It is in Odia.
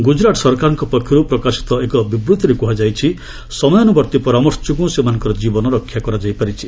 ଗୁଜରାଟ୍ ସରକାରଙ୍କ ପକ୍ଷରୁ ପ୍ରକାଶିତ ଏକ ବିବୃଭିରେ କୁହାଯାଇଛି ସମୟାନୁବର୍ତ୍ତୀ ପରାମର୍ଶ ଯୋଗୁଁ ସେମାନଙ୍କର କ୍କୀବନ ରକ୍ଷା କରାଯାଇପାରିଛି